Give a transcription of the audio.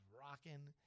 rocking